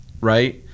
right